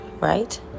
right